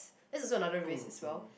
it is another risk as well